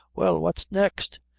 well, what next?